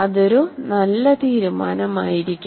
അതൊരു നല്ല തീരുമാനം ആയിരിക്കും